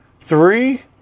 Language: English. three